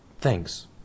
Thanks